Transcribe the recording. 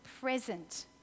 present